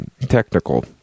technical